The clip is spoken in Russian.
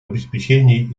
обеспечении